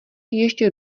ještě